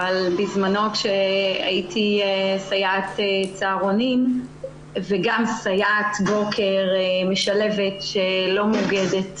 אבל בזמנו כשהייתי סייעת צהרונים וגם סייעת בוקר משלבת שלא מאוגדת